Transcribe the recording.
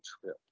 trip